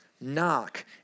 knock